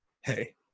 hey